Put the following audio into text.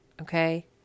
okay